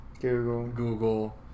Google